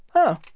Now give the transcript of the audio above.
oh,